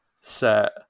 set